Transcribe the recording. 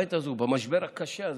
בעת הזו, במשבר הקשה הזה,